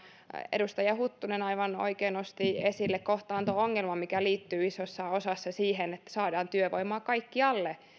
edustaja huttunen aivan oikein nosti esille kohtaanto ongelman mikä liittyy isoksi osaksi siihen että saadaan työvoimaa kaikkialle